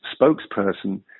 spokesperson